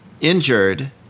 injured